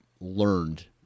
learned